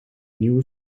nieuwe